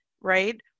right